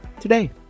today